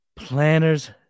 Planners